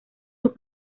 sus